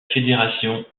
fédération